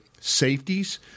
safeties